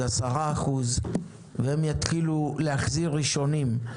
10% והם יתחילו להחזיר ראשונים.